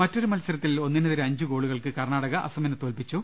മറ്റൊരു മത്സരത്തിൽ ഒന്നിനെതിരെ അഞ്ച് ഗോളുകൾക്ക് കർണാ ടക അസമിനെ തോൽപ്പിച്ചു